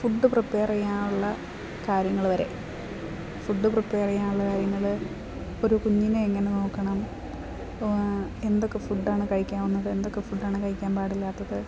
food prepare ചെയ്യാനുള്ള കാര്യങ്ങൾ വരെ ഫുഡ് പ്രിപ്പേയർ ചെയ്യാനുള്ള കാര്യങ്ങൾ ഒരു കുഞ്ഞിനെ എങ്ങനെ നോക്കണം എന്തൊക്കെ ഫുഡാണ് കഴിക്കാവുന്നത് എന്തൊക്കെ ഫുഡാണ് കഴിക്കാൻ പാടില്ലാത്തത്